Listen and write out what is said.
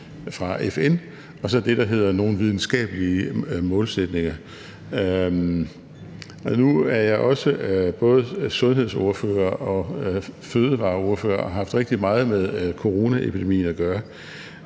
fra FN og så det, der hedder nogle videnskabelige målsætninger. Nu er jeg også både sundhedsordfører og fødevareordfører og har haft rigtig meget med coronaepidemien at gøre,